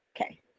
Okay